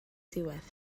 diwedd